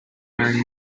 wearing